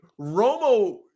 Romo